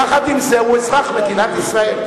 יחד עם זה הוא אזרח מדינת ישראל.